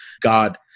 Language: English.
God